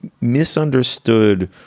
misunderstood